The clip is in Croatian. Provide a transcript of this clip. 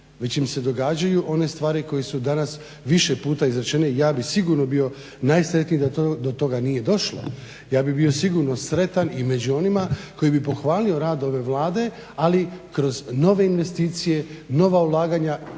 već im se događaju one stvari koje su danas više puta izrečene i ja bih sigurno bio najsretniji da do toga nije došlo. Ja bih bio sigurno sretan i među onima koji bi pohvalio rad ove Vlade, ali kroz nove investicije, nova ulaganja